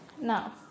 now